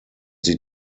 sie